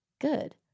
Good